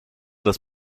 dass